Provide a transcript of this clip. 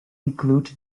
include